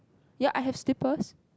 ya I have slippers